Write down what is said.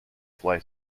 fly